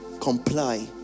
Comply